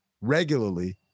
regularly